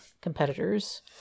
competitors